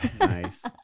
Nice